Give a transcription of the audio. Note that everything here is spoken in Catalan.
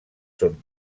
són